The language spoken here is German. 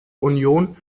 union